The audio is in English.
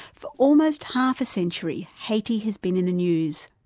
for almost half a century, haiti has been in the news.